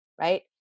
right